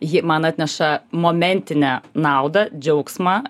ji man atneša momentinę naudą džiaugsmą